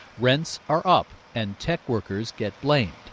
rents are up and tech workers get blamed.